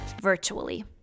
virtually